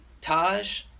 Taj